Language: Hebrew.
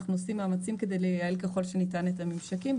אנחנו עושים מאמצים כדי לייעל ככל שניתן את הממשקים.